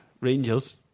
Rangers